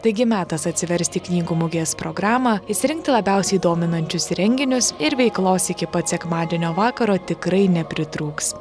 taigi metas atsiversti knygų mugės programą išsirinkti labiausiai dominančius renginius ir veiklos iki pat sekmadienio vakaro tikrai nepritrūks